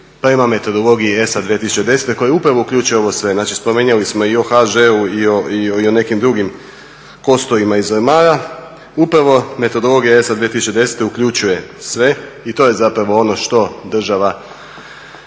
prema metodologiji ESA 2010 koja upravo uključuje ovo sve, znači spominjali smo i o HŽ-u i o nekim drugim kosturima iz ormara, upravo metodologija … 2010 uključuje sve i to je zapravo ono što država,